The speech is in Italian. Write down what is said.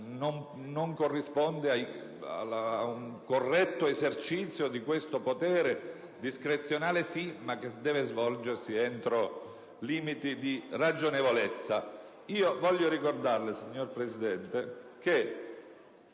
non corrisponde ad un corretto esercizio di questo potere, discrezionale sì, ma che deve svolgersi entro limiti di ragionevolezza. Voglio ricordarle, signor Presidente,